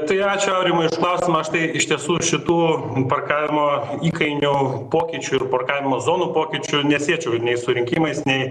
tai ačiū aurimai klausimą aš tai iš tiesų šitų parkavimo įkainių pokyčių ir parkavimo zonų pokyčių nesiečiau nei su rinkimais nei